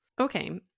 okay